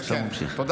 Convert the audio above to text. אתה יכול להמשיך.